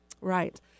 Right